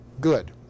good